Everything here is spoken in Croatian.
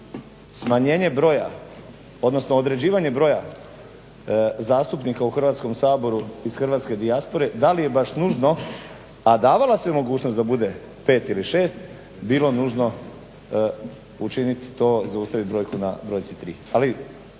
smanjenje broja, odnosno određivanje broja zastupnika u Hrvatskom saboru iz hrvatske dijaspore da li je baš nužno a davala se mogućnost da bude pet ili šest bilo nužno učinit to, zaustavit brojku na brojci